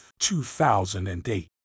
2008